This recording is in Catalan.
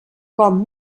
com